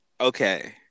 Okay